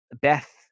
Beth